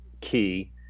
key